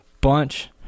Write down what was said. bunch